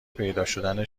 پیداشدن